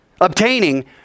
obtaining